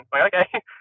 Okay